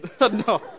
No